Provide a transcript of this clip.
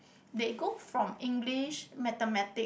they go from English Mathematics